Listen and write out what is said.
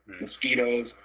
mosquitoes